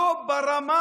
לא ברמה